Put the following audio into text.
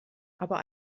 aber